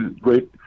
great